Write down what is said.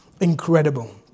incredible